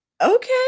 okay